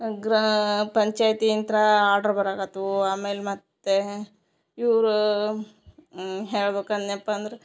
ಗ್ರಾ ಪಂಚಾಯ್ತಿಂತ್ರ ಆಡ್ರ್ ಬರೋಗಾತ್ತಾವು ಆಮೇಲೆ ಮತ್ತು ಇವ್ರ ಹೇಳ್ಬೇಕನ್ಯಪಂದ್ರ